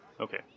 Okay